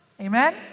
Amen